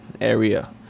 area